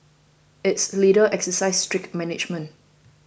its leaders exercise strict management